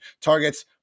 targets